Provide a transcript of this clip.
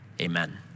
amen